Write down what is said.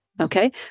okay